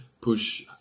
push